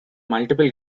multiple